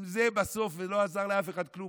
בסוף לא עזר לאף אחד כלום.